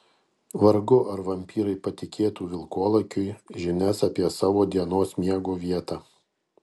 vargu ar vampyrai patikėtų vilkolakiui žinias apie savo dienos miego vietą